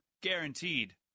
Guaranteed